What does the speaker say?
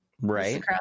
Right